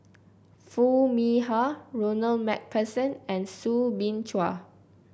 Foo Mee Har Ronald MacPherson and Soo Bin Chua